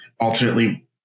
ultimately